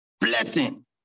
blessing